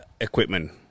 equipment